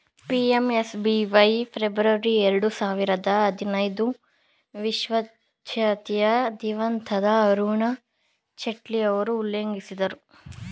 PMSBY February ಎರಡು ಸಾವಿರದ ಹದಿನೈದು ವಿತ್ಚಿತಸಾಚವ ದಿವಂಗತ ಅರುಣ್ ಜೇಟ್ಲಿಯವರು ಉಲ್ಲೇಖಿಸಿದ್ದರೆ